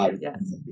yes